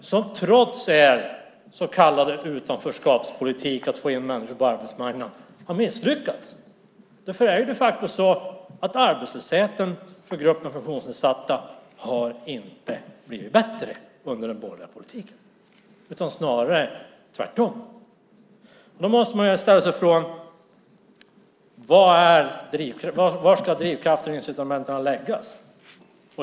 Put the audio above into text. Er så kallade utanförskapspolitik för att få in människor på arbetsmarknaden har ju misslyckats. Arbetslösheten för gruppen funktionsnedsatta har inte blivit lägre under det borgerliga styret utan snarare tvärtom. Var finns drivkraften och incitamenten?